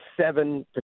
seven